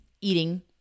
eating